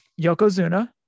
Yokozuna